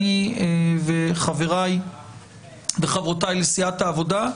אני וחבריי וחברותיי לסיעת העבודה,